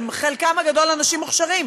חלקם הגדול אנשים מוכשרים,